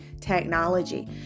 technology